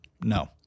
no